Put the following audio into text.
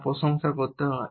তার প্রশংসা করতে হয়